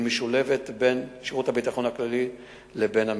והיא חקירה משולבת של שירות הביטחון הכללי ושל המשטרה.